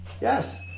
Yes